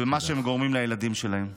ומה שהם גורמים לילדים שלהם.